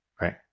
right